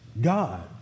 God